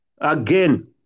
again